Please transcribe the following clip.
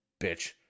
bitch